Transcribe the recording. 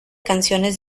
canciones